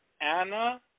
Anna